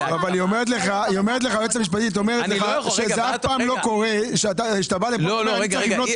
אומרת לך היועצת המשפטית שזה אף פעם לא קורה שאתה בא לכאן ואומר